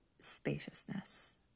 spaciousness